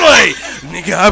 Nigga